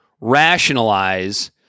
rationalize